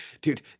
dude